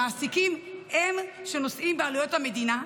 המעסיקים הם שנושאים בעלויות אלו,